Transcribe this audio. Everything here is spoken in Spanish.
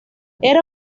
era